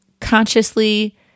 consciously